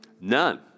None